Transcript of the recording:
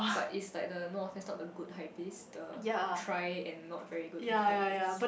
but if like the north office not a good hype beasts the try and not very good type is